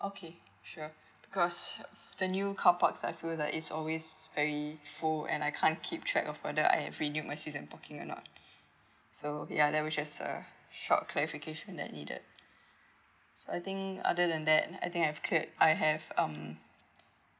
okay sure because the new carparks I feel like is always very full and I can't keep track of whether I've renew my season parking or not so ya that was just a short clarification that I needed so I think other than that I think I've cleared I have um